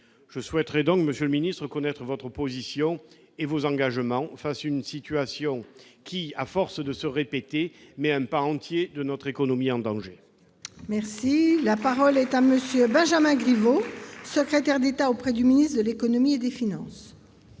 je souhaiterais donc connaître votre position et vos engagements face à une situation qui, à force de se répéter, met un pan entier de notre économie en danger ! La parole est à M. le secrétaire d'État auprès du ministre de l'économie et des finances.